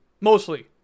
Mostly